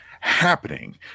happening